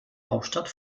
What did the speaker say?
hauptstadt